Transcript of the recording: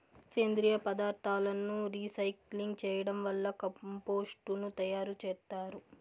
సేంద్రీయ పదార్థాలను రీసైక్లింగ్ చేయడం వల్ల కంపోస్టు ను తయారు చేత్తారు